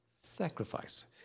sacrifice